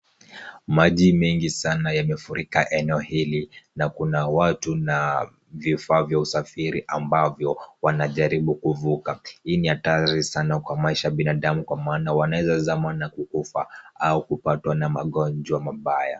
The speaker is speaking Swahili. Maji mengi sana yamefurika eneo hili na kuna watu na vifaa vya usafiri, ambavyo wanajaribu kuvuka. Hii ni hatari sana kwa maisha ya binadamu kwa maana wanaweza zama na kukufa au kupatwa na magonjwa mabaya.